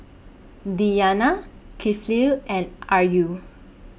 Diyana Kifli and Ayu